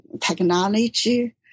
technology